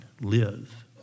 live